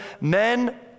men